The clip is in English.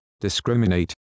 discriminate